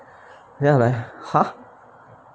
ya leh !huh!